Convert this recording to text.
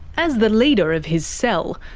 as the leader of his cell,